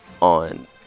on